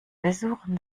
versuchen